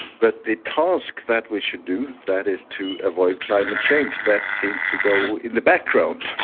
but the task that we should do, that is to avoid climate change, that seems to go in the background.